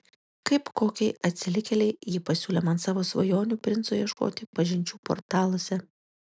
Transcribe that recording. kaip kokiai atsilikėlei ji pasiūlė man savo svajonių princo ieškoti pažinčių portaluose